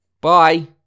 bye